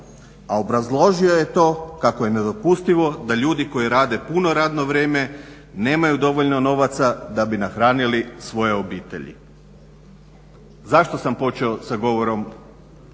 a obrazložio je to kako je nedopustivo da ljudi koji rade puno radno vrijeme nemaju dovoljno novaca da bi nahranili svoje obitelji. Zašto sam počeo sa govorom